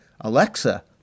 Alexa